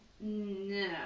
No